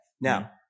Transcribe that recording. Now